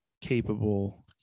capable